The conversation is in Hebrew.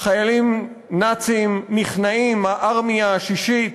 חיילים נאצים נכנעים, הארמיה השישית